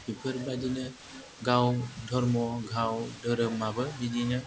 बिफोरबादिनो गाव धरम' गाव धोरोमाबो बिदिनो